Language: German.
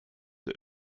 der